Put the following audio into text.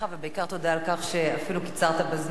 ובעיקר תודה על כך שאפילו קיצרת בזמן.